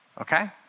okay